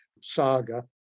saga